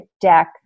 deck